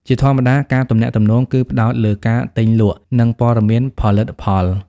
ជាធម្មតា ការទំនាក់ទំនងគឺផ្តោតលើការទិញលក់ និងព័ត៌មានផលិតផល។